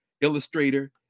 illustrator